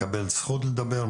מקבל רשות לדבר,